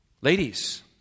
Ladies